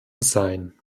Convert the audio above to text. sein